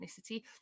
ethnicity